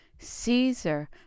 Caesar